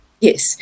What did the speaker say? Yes